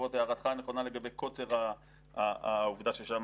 בעקבות הערתך הנכונה לגבי קוצר העובדה ששם